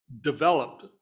developed